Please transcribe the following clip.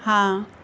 ਹਾਂ